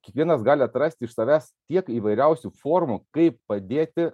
kiekvienas gali atrasti iš savęs tiek įvairiausių formų kaip padėti